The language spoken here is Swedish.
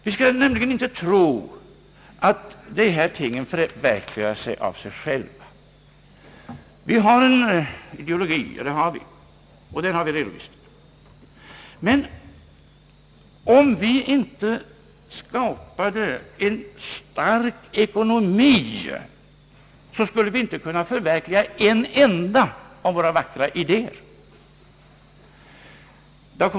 Vi skall nämligen inte tro att saker och ting förverkligas av sig själva. Vi har en ideologi, och den har vi redo visat. Om vi inte skapade en stark ekonomi skulle vi inte kunna förverkliga en enda av våra vackra idéer.